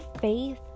faith